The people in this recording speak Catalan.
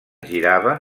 girava